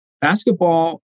Basketball